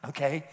Okay